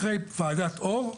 אחרי ועדת אור.